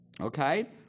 Okay